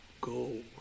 Go